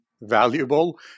valuable